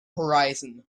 horizon